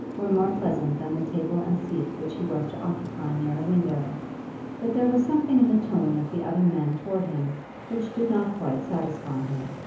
or more pleasant than the table and seat which he was to occupy near a window but there was something in the tone of the other men towards him which did not quite satisfy him.